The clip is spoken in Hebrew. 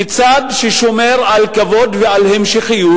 כצד ששומר על כבוד ועל המשכיות,